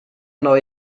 neu